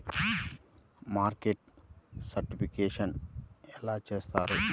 Market certification ఎలా చేస్తారు?